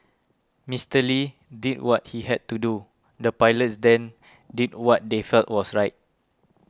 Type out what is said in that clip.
Mister Lee did what he had to do the pilots then did what they felt was right